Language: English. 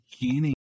beginning